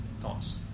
thoughts